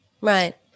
right